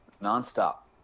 non-stop